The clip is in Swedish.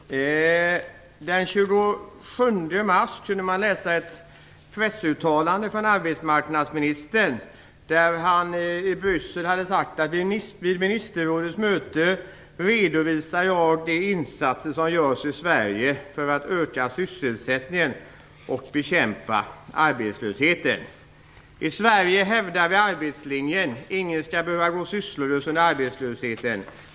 Fru talman! Den 27 mars kunde man i ett pressuttalande läsa att arbetsmarknadsministern i Bryssel hade sagt att han vid ministerrådets möte skulle redovisa de insatser som görs i Sverige för att öka sysselsättningen och bekämpa arbetslösheten. I Sverige hävdar vi arbetslinjen, ingen skall behöva gå sysslolös under arbetslösheten.